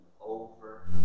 over